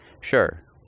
Sure